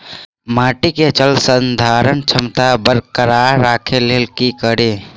माटि केँ जलसंधारण क्षमता बरकरार राखै लेल की कड़ी?